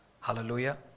Hallelujah